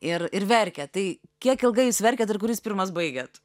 ir ir verkia tai kiek ilgai jis verkė ir kuris pirmas baigėt